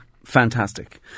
Fantastic